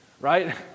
Right